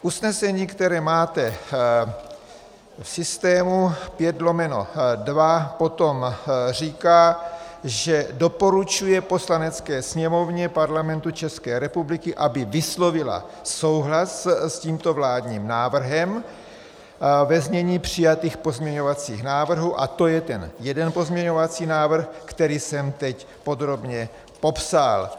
Usnesení, které máte v systému pod č. 5/2, potom říká, že doporučuje Poslanecké sněmovně Parlamentu České republiky, aby vyslovila souhlas s tímto vládním návrhem ve znění přijatých pozměňovacích návrhů, a to je ten jeden pozměňovací návrh, který jsem teď podrobně popsal.